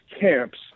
camps